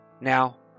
Now